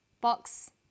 box